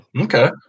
Okay